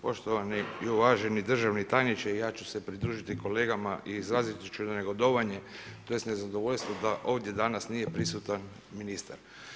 Poštovani i uvaženi državni tajniče i ja ću se pridružiti kolegama i izraziti ću negodovanja, tj. nezadovoljstvo da ovdje danas nije prisutan ministar.